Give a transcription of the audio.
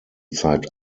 zeit